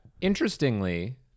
Interestingly